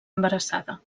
embarassada